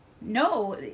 no